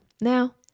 Now